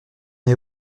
est